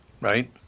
right